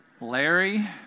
Larry